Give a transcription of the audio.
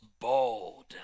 bold